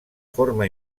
forma